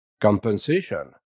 compensation